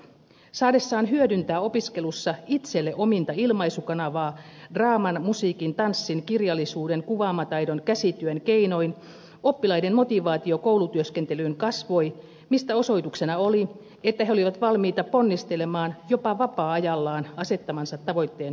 kun oppilaat saivat hyödyntää opiskelussa itselle ominta ilmaisukanavaa draaman musiikin tanssin kirjallisuuden kuvaamataidon käsityön keinoin heidän motivaationsa koulutyöskentelyyn kasvoi mistä osoituksena oli että he olivat valmiita ponnistelemaan jopa vapaa ajallaan asettamansa tavoitteen toteuttamiseksi